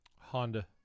Honda